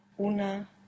Una